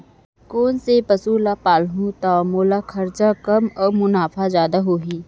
कोन से पसु ला पालहूँ त मोला खरचा कम अऊ मुनाफा जादा होही?